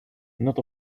not